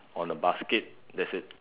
on the basket that's it